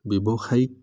ব্যৱসায়িক